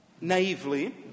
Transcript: naively